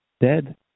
dead